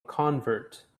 convert